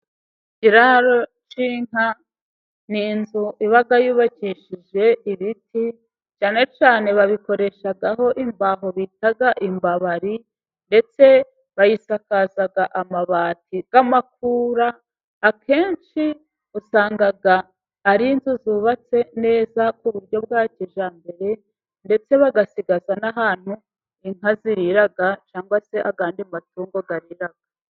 Ikiraro cy'inka ni inzu iba yubakishije ibiti, cyane cyane babikoreshaho imbaho bita imbabari, ndetse bayisakaza amabati y'amakura, akenshi usanga ari inzu zubatse neza ku buryo bwa kijyambere, ndetse bagasigaza n'ahantu inka zirirara cyangwa se ayadi matungo arira.